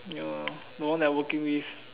ya the one I working with